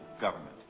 government